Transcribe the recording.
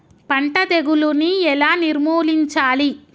పంట తెగులుని ఎలా నిర్మూలించాలి?